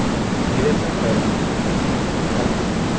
మీది ఎట్లా ఉన్నది సార్ మరి పరిస్థితి